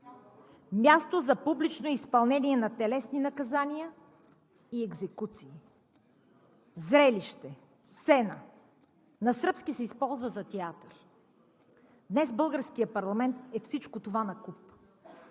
място за публично изпълнение на телесни наказания и екзекуции, зрелище, сцена. На сръбски се използва за театър. Днес българският парламент е всичко това накуп